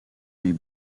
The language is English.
may